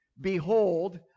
Behold